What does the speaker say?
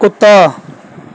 ਕੁੱਤਾ